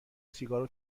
سیگارو